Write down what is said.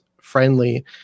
friendly